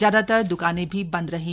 ज्यादातर दुकानें भी बंद रहीं